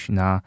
na